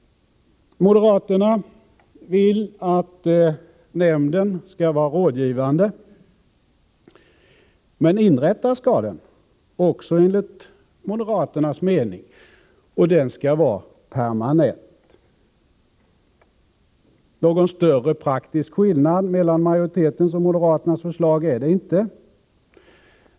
Moderaterna vill att nämnden skall vara rådgivande. Men inrättas skall den, också enligt moderaternas mening, och permanent skall den vara. Någon större praktisk skillnad mellan majoritetens och moderaternas förslag är det inte.